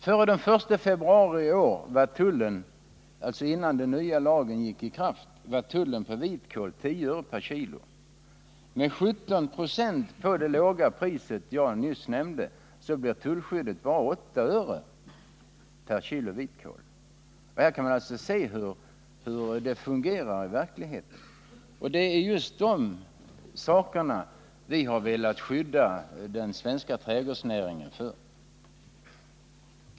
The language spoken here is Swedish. Före den 1 februari i år — alltså innan den nya lagen trädde i kraft — var tullen på vitkål 10 öre per kg. Med 17 96 på det låga pris jag nyss nämnde blir tullskyddet bara 8 öre per kg vitkål. Här kan man alltså se hur det fungerar i verkligheten, och det är just de sakerna vi har velat skydda den svenska trädgårdsnäringen mot.